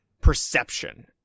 perception